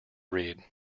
read